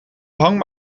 hang